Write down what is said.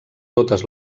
totes